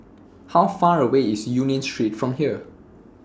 How Far away IS Union Street from here